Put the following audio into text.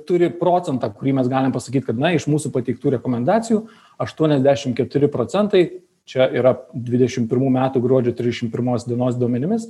turi procentą kurį mes galim pasakyt kad iš mūsų pateiktų rekomendacijų aštuoniasdešim keturi procentai čia yra dvidešim pirmų metų gruodžio trisdešim pirmos dienos duomenimis